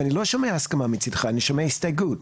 ואני לא שומע הסכמה מצדך, אני שומע הסתייגות.